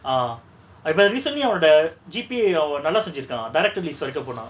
uh இப்ப:ippa recently அவனோட:avanoda G_P_A அவ நல்லா செஞ்சிருக்கா:ava nallaa senjiruka direct list வரைக்கு போனா:varaiku ponaa